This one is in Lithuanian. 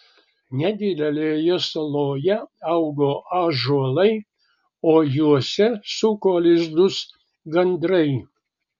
nedidelėje saloje augo ąžuolai o juose suko lizdus gandrai